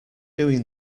doing